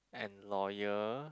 and loyal